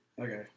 Okay